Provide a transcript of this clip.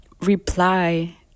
reply